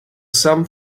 some